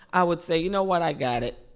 i would say, you know what? i got it.